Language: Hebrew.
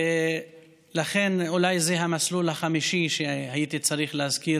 ולכן זה אולי המסלול החמישי שהייתי צריך להזכיר,